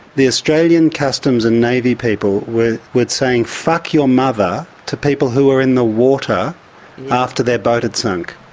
the australian customs and navy people were were saying, fuck your mother to people who were in the water after their boat had sunk?